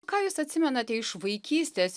ką jūs atsimenate iš vaikystės